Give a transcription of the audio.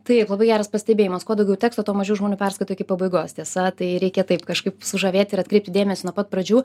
taip labai geras pastebėjimas kuo daugiau teks tuo mažiau žmonių perskaito iki pabaigos tiesa tai reikia taip kažkaip sužavėti ir atkreipti dėmesį nuo pat pradžių